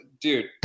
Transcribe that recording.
Dude